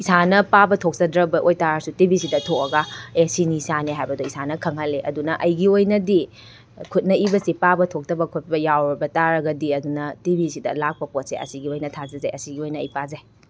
ꯏꯁꯥꯅ ꯄꯥꯕ ꯊꯣꯛꯆꯗ꯭ꯔꯕ ꯑꯣꯏꯇꯥꯔꯁꯨ ꯇꯤ ꯚꯤꯁꯤꯗ ꯊꯣꯛꯂꯒ ꯑꯦ ꯁꯤꯅꯤ ꯁꯥꯅꯤ ꯍꯥꯏꯕꯗꯣ ꯏꯁꯥꯅ ꯈꯪꯍꯜꯂꯦ ꯑꯗꯨꯅ ꯑꯩꯒꯤ ꯑꯣꯏꯅꯗꯤ ꯈꯨꯠꯅ ꯏꯕꯁꯤ ꯄꯥꯕ ꯊꯣꯛꯇꯕ ꯈꯣꯠꯄ ꯌꯥꯎꯔꯇꯥꯔꯕꯗꯤ ꯑꯗꯨꯅ ꯇꯤ ꯚꯤꯁꯤꯗ ꯂꯥꯛꯄ ꯄꯣꯠꯁꯦ ꯑꯁꯤꯒꯤ ꯑꯣꯏꯅ ꯊꯥꯖꯖꯩ ꯑꯁꯤꯒꯤ ꯑꯣꯏꯅ ꯑꯩ ꯄꯥꯖꯩ